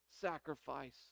sacrifice